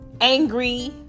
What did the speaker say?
angry